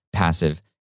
passive